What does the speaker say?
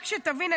רק שתבין,